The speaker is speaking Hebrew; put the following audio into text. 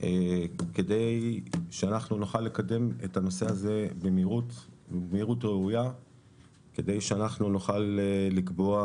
כדי שאנחנו נוכל לקדם את הנושא הזה בנראות ראויה כדי שנוכל לקבוע